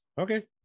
Okay